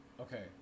Okay